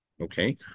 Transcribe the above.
Okay